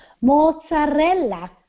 Mozzarella